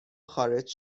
خارج